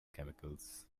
chemicals